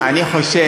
אני חושב,